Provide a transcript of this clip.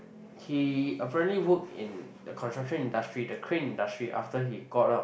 he apparently work in the construction industry the crane industry after he got out